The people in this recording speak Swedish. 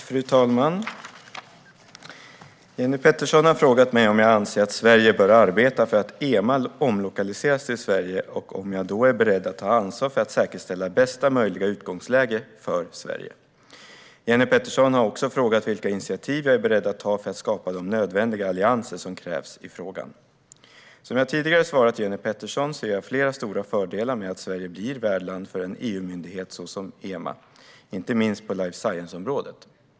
Fru talman! Jenny Petersson har frågat mig om jag anser att Sverige bör arbeta för att EMA omlokaliseras till Sverige och om jag då är beredd att ta ansvar för att säkerställa bästa möjliga utgångsläge för Sverige. Jenny Petersson har också frågat vilka initiativ jag är beredd att ta för att skapa de nödvändiga allianser som krävs i frågan. Som jag tidigare svarat Jenny Petersson ser jag flera stora fördelar med att Sverige blir värdland för en EU-myndighet såsom EMA, inte minst på life science-området.